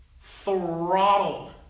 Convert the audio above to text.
throttled